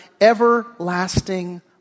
everlasting